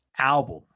album